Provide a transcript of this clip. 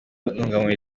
intungamubiri